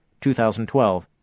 2012